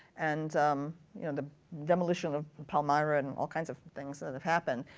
and um you know the demolition of palmyra and all kinds of things that have happened,